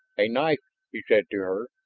a knife, he said to her,